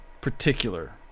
particular